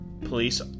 police